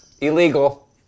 illegal